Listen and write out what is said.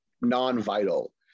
non-vital